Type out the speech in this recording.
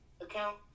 Account